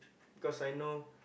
because I know